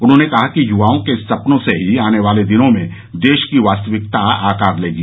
उन्होंने कहा कि य्वाओं के सपनों से ही आने वाले दिनों में देश की वास्तविकता आकार लेगी